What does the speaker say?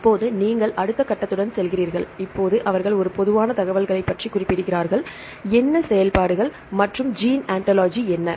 இப்போது நீங்கள் அடுத்த கட்டத்துடன் செல்கிறீர்கள் இப்போது அவர்கள் ஒரு பொதுவான தகவலைப் பற்றி குறிப்பிடுகிறார்கள் என்ன செயல்பாடுகள் மற்றும் ஜீன் ஆன்டாலஜி என்ன